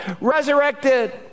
resurrected